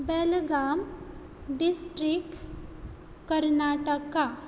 Belgaum district Karnataka